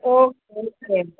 okay okay